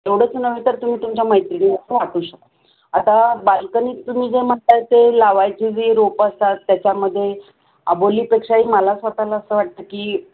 एवढंच नव्हे तर तुम्ही तुमच्या मैत्रिणींना सुद्धा वाटू शकता आता बाल्कनीत तुम्ही जे म्हणत आहेत ते लावायची जी रोपं असतात त्याच्यामध्ये अबोलीपेक्षाही मला स्वतःला असं वाटतं की